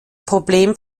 problem